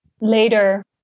later